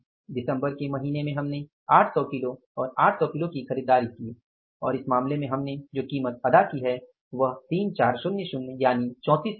दिसंबर के महीने में हमने 800 किलो और 800 किलो की खरीदारी की और इस मामले में हमने जो कीमत अदा की है वह 3400 है